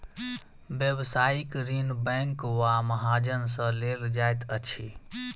व्यवसायिक ऋण बैंक वा महाजन सॅ लेल जाइत अछि